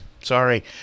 Sorry